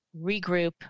regroup